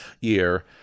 year